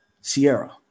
Sierra